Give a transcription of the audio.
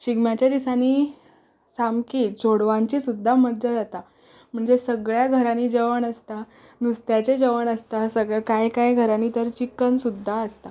शिगम्याच्या दिसांनी सामकी चोडवांची सुद्दा मज्जा जाता म्हणजे सगल्या घरांनी जेवण आसता नुस्त्याचें जेवण आसता कांय कांय घरांनी तर चिकन सुद्दा आसता